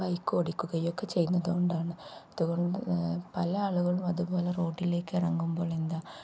bike ഓടിക്കുകയൊക്കെ ചെയ്യുന്നത് കൊണ്ടാണ് അതുകൊണ്ട് പല ആളുകളും അതുപോലെ റോഡിലേക്ക് ഇറങ്ങുമ്പോൾ എന്താ